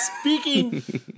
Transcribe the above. Speaking